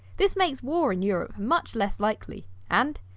this makes war in europe much less likely. and,